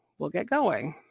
we'll get going.